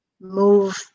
move